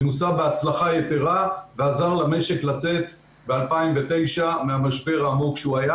ונוסה בהצלחה יתרה ועזר למשק לצאת ב-2009 מהמשבר העמוק שהוא בו.